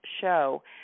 show